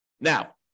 Now